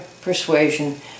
persuasion